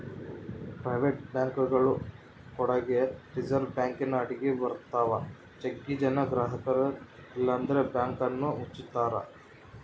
private ಬ್ಯಾಂಕ್ಗಳು ಕೂಡಗೆ reserve ಬ್ಯಾಂಕಿನ ಅಡಿಗ ಬರುತ್ತವ, ಜಗ್ಗಿ ಜನ ಗ್ರಹಕರು ಇಲ್ಲಂದ್ರ ಬ್ಯಾಂಕನ್ನ ಮುಚ್ಚುತ್ತಾರ